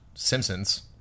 Simpsons